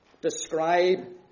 describe